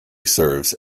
serves